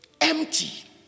empty